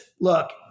look